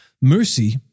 Mercy